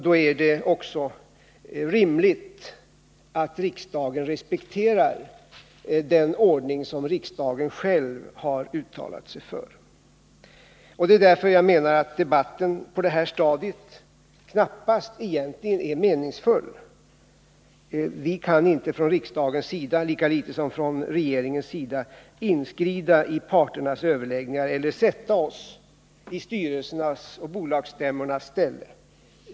Då är det också rimligt att riksdagen respekterar den ordning som riksdagen själv har uttalat sig för. Det är därför jag menar att debatten på det här stadiet knappast egentligen är meningsfull. Vi kan inte från riksdagens sida, lika litet som från regeringens sida, inskrida i parternas överläggningar eller sätta oss i styrelsernas och bolagsstämmornas ställe.